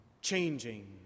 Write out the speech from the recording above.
changing